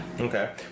Okay